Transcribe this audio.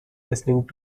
listening